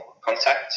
Contact